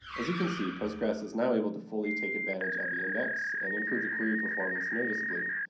as you can see, postgress is now able to fully take advantage of the index and improve the query performance noticeably,